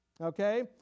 Okay